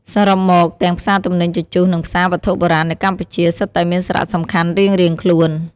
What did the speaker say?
សរុបមក ទាំងផ្សារទំនិញជជុះ និងផ្សារវត្ថុបុរាណនៅកម្ពុជា សុទ្ធតែមានសារៈសំខាន់រៀងៗខ្លួន។